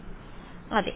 വിദ്യാർത്ഥി സാർ